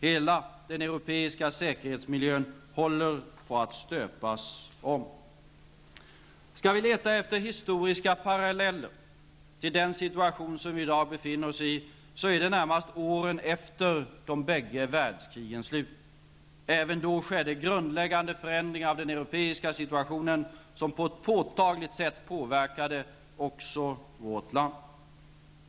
Hela den europeiska säkerhetsmiljön håller på att stöpas om. Skall vi leta efter historiska paralleller till den situation som vi i dag befinner oss i, så är det närmast åren efter de bägge världskrigens slut. Även då skedde grundläggande förändringar av den europeiska situationen som på ett påtagligt sätt påverkade också vårt land.